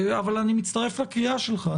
אבל אני מצטרף לקריאה שלך.